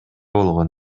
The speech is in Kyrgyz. болгон